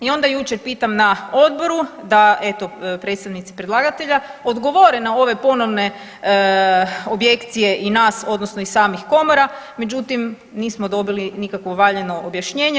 I onda jučer pitam na odboru, da eto, predstavnici predlagatelja odgovore na ove ponovne objekcije i nas odnosno i samih komora, međutim, nismo dobili nikakvo valjano objašnjenje.